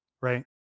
right